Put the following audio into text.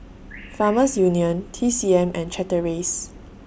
Farmers Union T C M and Chateraise